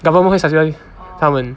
government 会 subsidise 他们